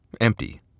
empty